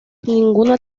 ninguna